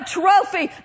trophy